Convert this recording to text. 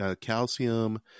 calcium